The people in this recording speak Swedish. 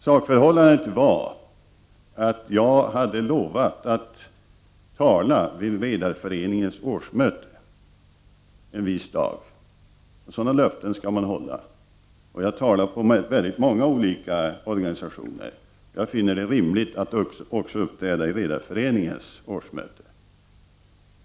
Sakförhållandet var det att jag hade lovat att tala vid Redareföreningens årsmöte en viss dag. Sådana löften skall man hålla, och jag talar vid många olika organisationers möten. Jag finner det rimligt att uppträda också vid Redareföreningens årsmöte.